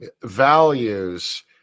values